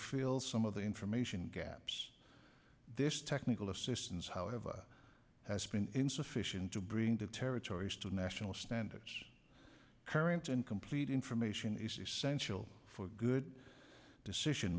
fill some of the information gaps this technical assistance however has been insufficient to bring the territory's to national standards current incomplete information is essential for good decision